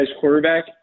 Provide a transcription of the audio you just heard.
quarterback